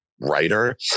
writer